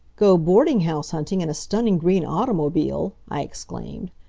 go boarding-house hunting in a stunning green automobile! i exclaimed.